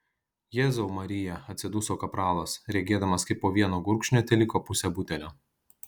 jėzau marija atsiduso kapralas regėdamas kaip po vieno gurkšnio teliko pusė butelio